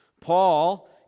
Paul